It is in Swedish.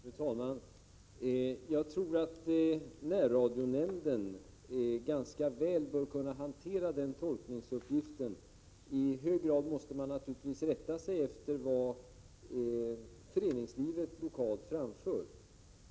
Fru talman! Jag tror att närradionämnden ganska väl bör kunna hantera den tolkningsuppgiften. I hög grad måste man naturligtvis rätta sig efter vad föreningslivet lokalt framför.